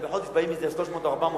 בחודש באים איזה 300 או 400 אנשים.